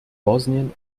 bosnien